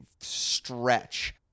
stretch